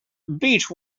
beech